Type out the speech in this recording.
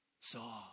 Saw